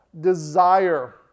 desire